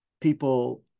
people